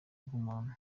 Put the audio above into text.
bw’umuntu